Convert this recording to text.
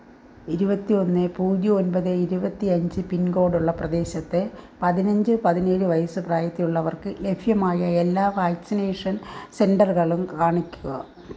ഇരുപത്തി ഒന്ന് പൂജ്യം ഒന്പത് ഇരുപത്തി അഞ്ച് പിൻ കോഡുള്ള പ്രദേശത്തെ പതിനഞ്ച് പതിനേഴ് വയസ്സ് പ്രായത്തിലുള്ളവർക്ക് ലഭ്യമായ എല്ലാ വാക്സിനേഷൻ സെന്ററുകളും കാണിക്കുക